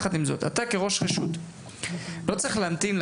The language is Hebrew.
אתה כראש רשות לא צריך להמתין כדי